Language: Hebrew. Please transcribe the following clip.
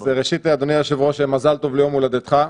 אז, ראשית, אדוני היושב-ראש, מזל טוב ליום הולדתך.